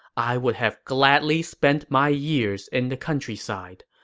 i would have gladly spent my years in the countryside.